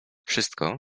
wszystko